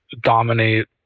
dominate